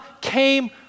came